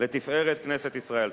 לתפארת כנסת ישראל.